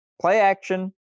play-action